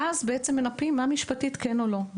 ואז בעצם מנפים משפטית מה כן ומה לא.